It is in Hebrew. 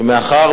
ומאחר